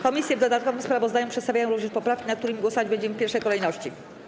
Komisje w dodatkowym sprawozdaniu przedstawiają również poprawki, nad którymi głosować będziemy w pierwszej kolejności.